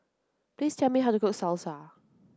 please tell me how to cook Salsa